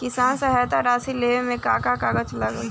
किसान सहायता राशि लेवे में का का कागजात लागी?